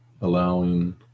allowing